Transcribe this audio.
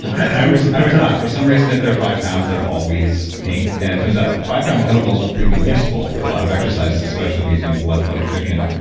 i always i always laugh. for some reason if they're five pounds, they're always pink. and it turns out five pound kettlebells are really useful for a lot of exercises, especially if you're using blood flow restriction.